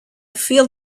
feel